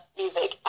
music